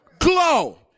Glow